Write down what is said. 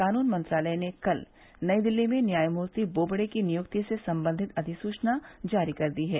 कानून मंत्रालय ने कल नई दिल्ली में न्यायमूर्ति बोबड़े की नियुक्ति से संबंधित अधिसूचना जारी कर दी है